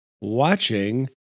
watching